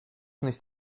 nicht